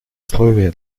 условие